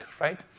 right